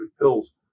pills